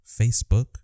Facebook